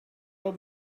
old